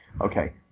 Okay